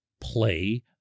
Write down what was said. play